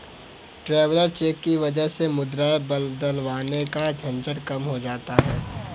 traveller cheque की वजह से मुद्राएं बदलवाने का झंझट कम हो जाता है